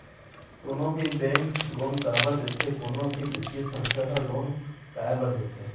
कोनो भी bank loan काबर देथे कोनो भी बित्तीय संस्था ह लोन काय बर देथे?